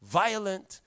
violent